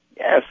Yes